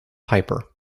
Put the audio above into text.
piper